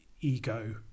ego